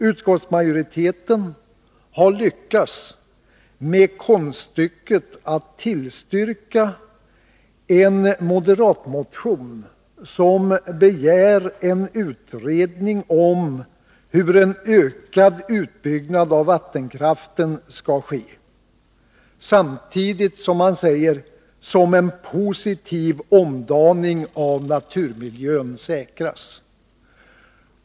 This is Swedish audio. Utskottsmajoriteten tillstyrker alltså en moderat motion, där det begärs en utredning om hur en ökad utbyggnad av vattenkraften skall ske samtidigt som en positiv omdaning av naturmiljön säkras.